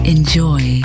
Enjoy